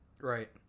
Right